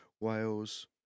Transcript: Wales